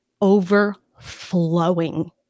overflowing